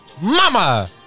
Mama